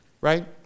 right